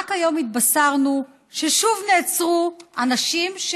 רק היום התבשרנו ששוב נעצרו אנשים,